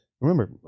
remember